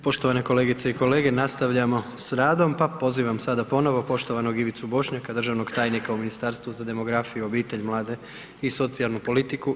Poštovane kolegice i kolege nastavljamo s radom, pa pozivam sad ponovo poštovanog Ivicu Bošnjaka, državnog tajnika u Ministarstvu za demografiju, obitelj, mlade i socijalnu politiku.